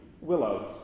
willows